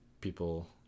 people